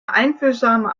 einfühlsame